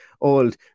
old